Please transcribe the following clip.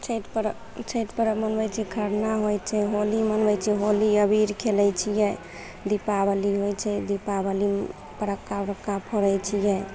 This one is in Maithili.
छैठ पर्व छैठ पर्वमे होइ छै खरना होइ छै होली मनबय छै होली अबीर खेलय छियै दीपावली होइ छै दीपावली फटक्का उटक्का फोड़य छियै